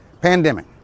pandemic